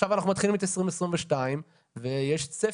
עכשיו אנחנו מתחילים את 2022 ויש צפי,